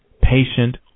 patient